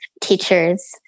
teachers